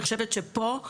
אני חושבת שפה,